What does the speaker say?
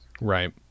right